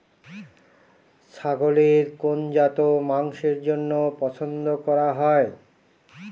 ছাগলের কোন জাত মাংসের জন্য পছন্দ করা হয়?